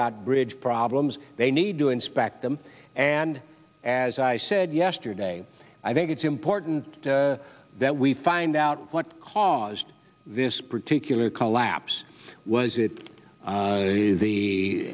got bridge problems they need to inspect them and as i said yesterday i think it's important that we find out what caused this particular collapse was it